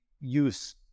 use